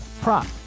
prop